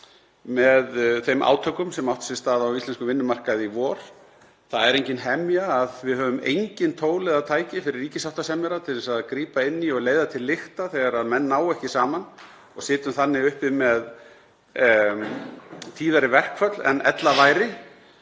með þeim átökum sem áttu sér stað á íslenskum vinnumarkaði í vor. Það er engin hemja að við höfum engin tól eða tæki fyrir ríkissáttasemjara til að grípa inn í og leiða til lykta þegar menn ná ekki saman og sitjum þannig uppi með tíðari verkföll en ella væri.